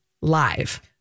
live